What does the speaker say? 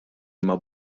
imma